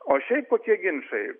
o šiaip kokie ginčai